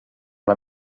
let